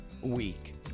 week